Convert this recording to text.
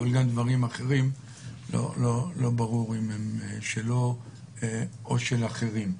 אבל גם מדברים אחרים לא ברור אם הם שלו או של אחרים.